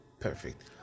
perfect